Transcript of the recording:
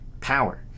power